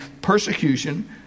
persecution